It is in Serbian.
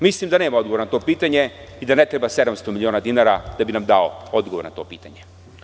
Mislim da nema odgovora na to pitanje i da ne treba 700 miliona dinara da bi nam dao odgovor na to pitanje.